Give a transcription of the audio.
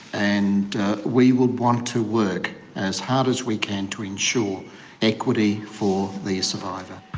and we would want to work as hard as we can to ensure equity for the survivor.